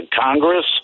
Congress